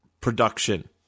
production